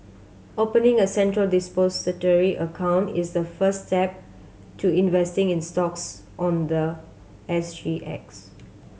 opening a Central Depository account is the first step to investing in stocks on the S G X